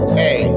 hey